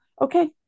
Okay